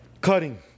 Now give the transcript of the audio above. Cutting